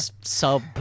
sub